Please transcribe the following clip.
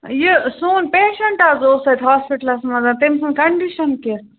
یہِ سون پیشَنٛٹ حظ اوس اَتہِ ہاسپِٹلَس منٛز تٔمۍ سٕنٛز کَنٛڈِشَن کِژھ